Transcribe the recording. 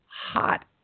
hot